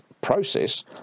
process